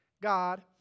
God